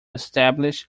establish